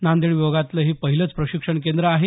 नांदेड विभागातलं हे पहिलंच प्रशिक्षण केंद्र आहे